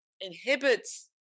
inhibits